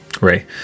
ray